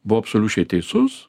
buvo absoliučiai teisus